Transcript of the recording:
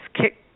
kick